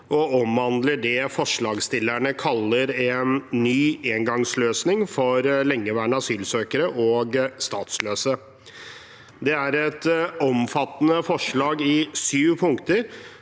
og omhandler det forslagsstillerne kaller en ny engangsløsning for lengeværende asylsøkere og statsløse. Det er et omfattende forslag, i syv punkter,